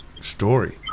story